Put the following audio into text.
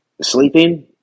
Sleeping